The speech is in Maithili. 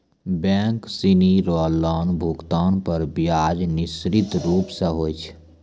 बैक सिनी रो लोन भुगतान पर ब्याज निश्चित रूप स होय छै